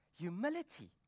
Humility